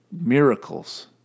miracles